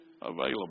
available